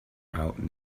out